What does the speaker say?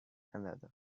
another